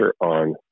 on